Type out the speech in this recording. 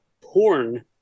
porn